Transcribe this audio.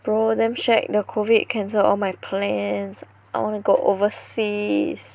bro damn shag the COVID cancelled all my plans I want to go overseas